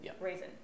reason